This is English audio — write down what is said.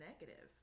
negative